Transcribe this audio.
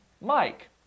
Mike